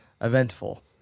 eventful